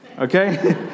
okay